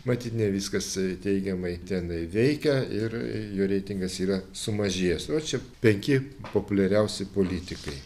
matyt ne viskas teigiamai tenai veikia ir jo reitingas yra sumažėjęs o čia penki populiariausi politikai